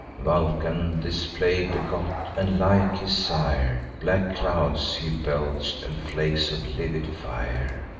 vulcan this plague begot and, like his sire, black clouds he belch'd, and flakes of livid fire.